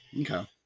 Okay